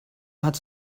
hat